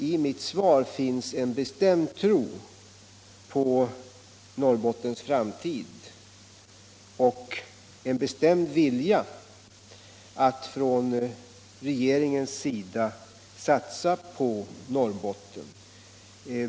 I svaret finns en bestämd tro på Norrbottens framtid och en bestämd vilja från regeringens sida att satsa på Norrbotten.